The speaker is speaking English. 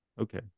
Okay